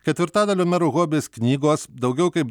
ketvirtadalio merų hobis knygos daugiau kaip